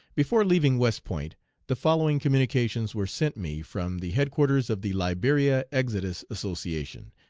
before leaving west point the following communications were sent me from the head-quarters of the liberia exodus association,